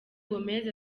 gomez